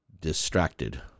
distracted